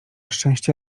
szczęście